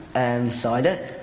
and so, and